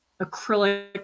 acrylic